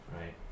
right